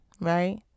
right